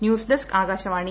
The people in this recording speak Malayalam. ന്യൂസ്ഡെസ്ക് ആകാശവാണി